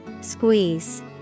Squeeze